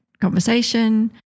conversation